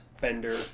Bender